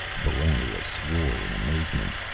valeria swore in amazement.